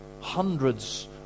Hundreds